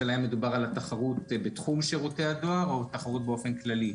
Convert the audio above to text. השאלה אם מדובר על התחרות בתחום שירותי הדואר או על תחרות באופן כללי?